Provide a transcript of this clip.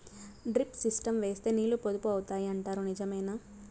Drip system వేస్తే నీళ్లు పొదుపు అవుతాయి అంటారు నిజమేనా?